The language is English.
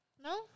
No